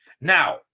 Now